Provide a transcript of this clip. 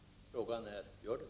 Frågan är om det gör det.